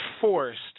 forced